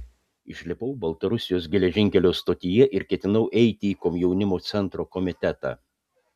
išlipau baltarusijos geležinkelio stotyje ir ketinau eiti į komjaunimo centro komitetą